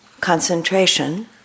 concentration